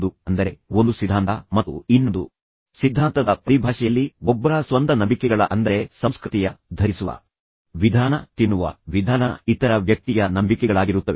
ಅಂದರೆ ಭಾಷಣಕಾರರ ನಿಲುವು ಮತ್ತು ದೃಷ್ಟಿಕೋನವು ಧರ್ಮವಾಗಿರಬೇಕಾಗಿಲ್ಲವಾದ್ದರಿಂದ ಅದು ಯಾವುದೇ ಸಿದ್ಧಾಂತಗಳ ನಡುವೆ ಒಂದು ಸಿದ್ಧಾಂತ ಮತ್ತು ಇನ್ನೊಂದು ಸಿದ್ಧಾಂತದ ಪರಿಭಾಷೆಯಲ್ಲಿ ಒಬ್ಬರ ಸ್ವಂತ ನಂಬಿಕೆಗಳ ಅಂದರೆ ಸಂಸ್ಕೃತಿಯ ಧರಿಸುವ ವಿಧಾನ ತಿನ್ನುವ ವಿಧಾನ ಇತರ ವ್ಯಕ್ತಿಯ ನಂಬಿಕೆಗಳಾಗಿರುತ್ತವೆ